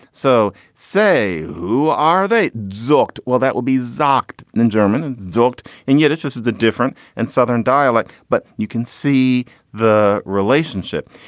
so say, who are they zonked? well, that would be zonked non-german and doct. and yet it just is a different and southern dialect. but you can see the relationship.